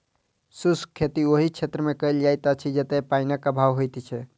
शुष्क खेती ओहि क्षेत्रमे कयल जाइत अछि जतय पाइनक अभाव होइत छै